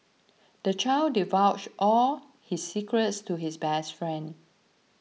the child divulged all his secrets to his best friend